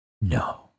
No